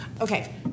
Okay